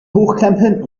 hochkrempeln